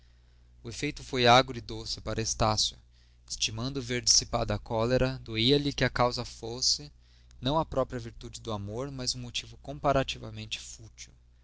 o efeito foi agro e doce para estácio estimando ver dissipada a cólera doía lhe que a causa fosse não a própria virtude do amor mas um motivo comparativamente fútil